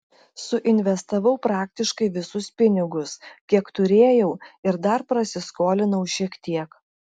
suinvestavau praktiškai visus pinigus kiek turėjau ir dar prasiskolinau šiek tiek